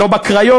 לא בקריות,